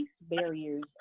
barriers